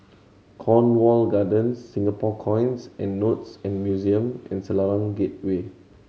Cornwall Gardens Singapore Coins and Notes and Museum and Selarang Get Way